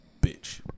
bitch